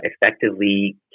effectively